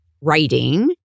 writing